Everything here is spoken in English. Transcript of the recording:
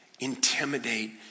intimidate